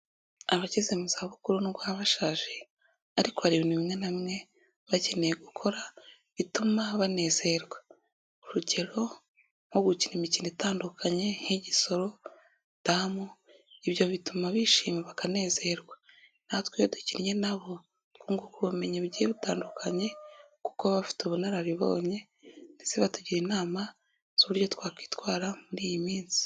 Abageze mu zabukuru n'ubwo baba bashaje ariko hari ibintu bimwe na bimwe, baba bakeneye gukora bituma banezerwa urugero nko gukina imikino itandukanye nk'igisoro, damu, ibyo bituma bishima bakanezerwa na twe iyo dukinnye na bo twunguka ubumenyi bugiye butandukanye kuko babafite ubunararibonye ndetse batugira inama z'uburyo twakwitwara muri iyi minsi.